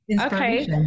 Okay